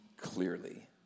clearly